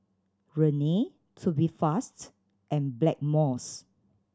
Rene Tubifast and Blackmores